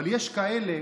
אבל יש כאלה,